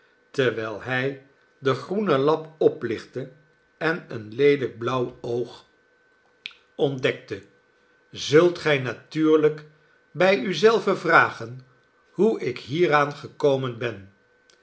terwijl hij den groenen lap oplichtte en een leelijk blauw oogontdekte zult gij natuurlijk bij u zelven vragen hoe ik hieraan gekomen ben